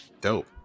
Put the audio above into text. dope